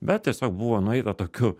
bet tiesiog buvo nueita tokiu